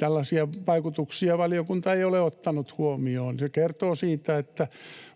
Tällaisia vaikutuksia valiokunta ei ole ottanut huomioon. Se kertoo siitä, että